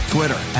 Twitter